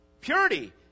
purity